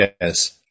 Yes